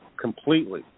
completely